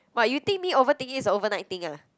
but you think me overthinking is a overnight thing ah